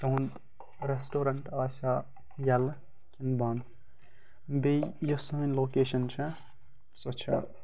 تُہنٛد ریٚسٹَورَنٛٹ آسیا ییٚلہٕ کِنہٕ بَنٛد بیٚیہِ یۄس سٲنۍ لوکیشَن چھِ سۄ چھا